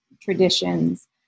traditions